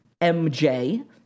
MJ